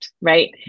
right